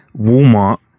Walmart